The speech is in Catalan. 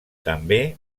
també